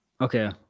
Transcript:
okay